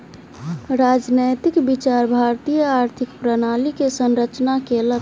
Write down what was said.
राजनैतिक विचार भारतीय आर्थिक प्रणाली के संरचना केलक